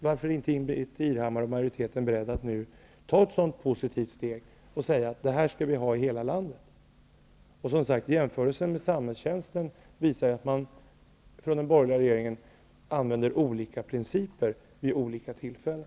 Varför är inte Ingbritt Irhammar och majoriteten beredda att nu ta ett sådant positivt steg och säga att vi skall ha sådan verksamhet i hela landet? Jämförelsen med samhällstjänsten visar att den borgerliga regeringen använder olika principer vid olika tillfällen.